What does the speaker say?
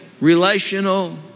relational